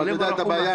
הבעיה,